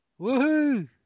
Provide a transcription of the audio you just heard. Woohoo